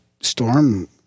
storm